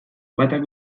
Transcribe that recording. batak